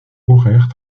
horaires